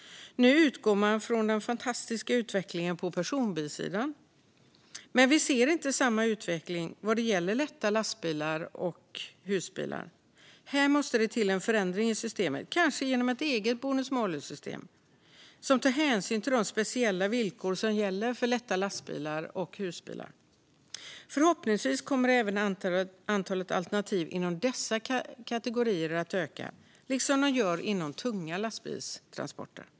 Nu utgår man från den fantastiska utvecklingen på personbilssidan, men vi ser inte samma utveckling vad gäller lätta lastbilar och husbilar. Här måste det till en förändring i systemet, kanske genom ett eget bonus malus-system som tar hänsyn till de speciella villkor som gäller för lätta lastbilar och husbilar. Förhoppningsvis kommer även antalet alternativ inom dessa kategorier att öka, liksom de gör inom tunga lastbilstransporter.